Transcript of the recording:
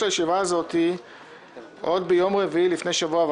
הישיבה הזאת עוד ביום רביעי לפני שבוע וחצי,